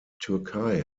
türkei